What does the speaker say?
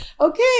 okay